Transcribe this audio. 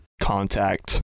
contact